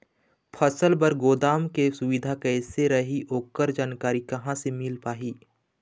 फसल बर गोदाम के सुविधा कैसे रही ओकर जानकारी कहा से मिल पाही?